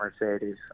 Mercedes